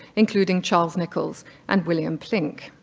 including charles nicholls and william plincke.